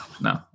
No